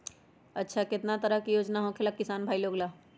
अच्छा कितना तरह के योजना होखेला किसान भाई लोग ला?